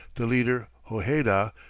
the leader hojeda,